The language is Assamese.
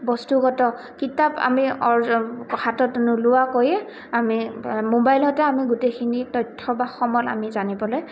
বস্তুগত কিতাপ আমি অ হাতত নোলোৱাকৈয়ে আমি মোবাইলতে আমি গোটেইখিনি তথ্যবাস সমত আমি জানিবলৈ